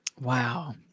wow